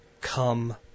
come